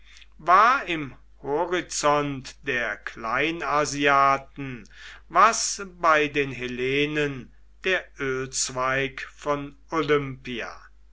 war im horizont der kleinasiaten was bei den hellenen der ölzweig von